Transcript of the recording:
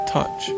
Touch